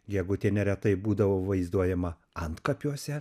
gegutė neretai būdavo vaizduojama antkapiuose